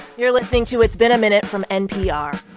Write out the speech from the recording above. you're listening to it's been a minute from npr.